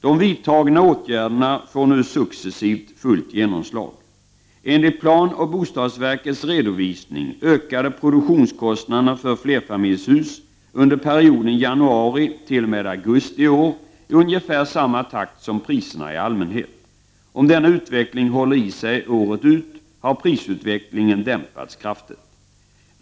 De vidtagna åtgärderna får nu successivt fullt genomslag. Enligt planoch bostadsverkets redovisning ökade produktionskostnaderna för flerfamiljshus under perioden januari t.o.m. augusti i år i ungefär samma takt som priserna i allmänhet. Om denna utveckling håller i sig året ut har prisutvecklingen dämpats kraftigt.